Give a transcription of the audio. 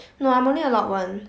no I'm only allowed one